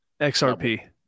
XRP